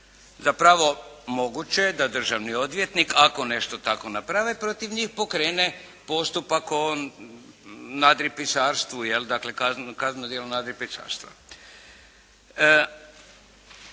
Zapravo moguće je da državni odvjetnik ako nešto tako naprave protiv njih, pokrene postupak nadripisarstvu jel', kazneno djelo nadripisarstva.